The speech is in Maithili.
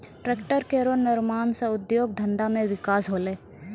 ट्रेक्टर केरो निर्माण सँ उद्योग धंधा मे बिकास होलै